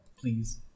Please